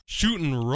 Shooting